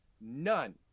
None